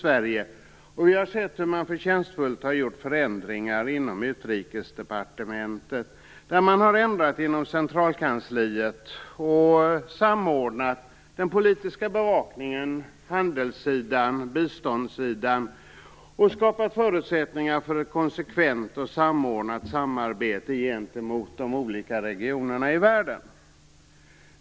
Vi har sett hur man förtjänstfullt har gjort förändringar inom Utrikesdepartementet. Man har ändrat inom centralkansliet och samordnat den politiska bevakningen, handelssidan, biståndssidan och skapat förutsättningar för ett konsekvent och samordnat samarbete gentemot de olika regionerna i världen.